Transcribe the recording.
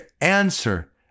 answer